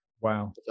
wow